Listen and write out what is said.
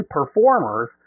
performers